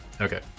Okay